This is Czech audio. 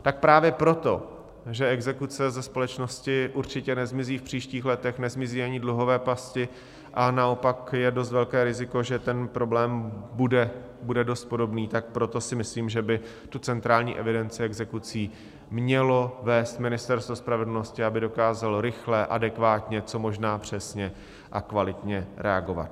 Tak právě proto, že exekuce ze společnosti určitě nezmizí v příštích letech, nezmizí ani dluhové pasti, ale naopak je dost velké riziko, že ten problém bude dost podobný, tak proto si myslím, že by Centrální evidenci exekucí mělo vést Ministerstvo spravedlnosti, aby dokázalo rychle, adekvátně, co možná přesně a kvalitně reagovat.